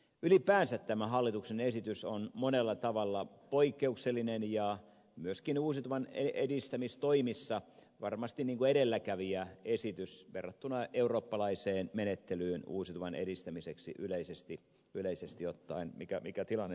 ylipäänsä tämä hallituksen esitys on monella tavalla poikkeuksellinen ja myöskin uusiutuvan edistämistoimissa varmasti edelläkävijäesitys verrattuna eurooppalaiseen menettelyyn uusiutuvan edistämiseksi yleisesti ottaen mikä tilanne siellä on